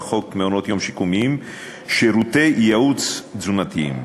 חוק מעונות-יום שיקומיים שירותי ייעוץ תזונתיים,